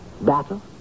Battle